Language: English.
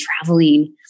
traveling